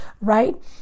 right